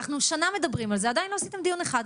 אנחנו שנה מדברים על זה, עדיין לא עשיתם דיון אחד.